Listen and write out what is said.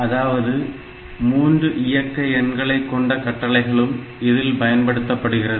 அதாவது 3 இயக்கு எண்களை கொண்ட கட்டளைகளும் இதில் பயன்படுத்தப்படுகிறது